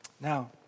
Now